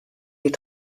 die